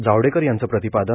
जावडेकर यांचं प्रतिपादन